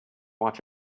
watch